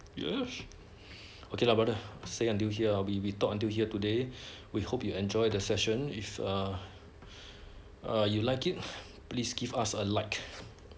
yes okay lah brother say until here ah be we talk until here today we hope you enjoy the session if err err you like it please give us a like